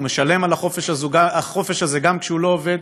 הוא משלם על החופש הזה גם כשהוא לא עובד